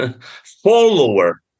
follower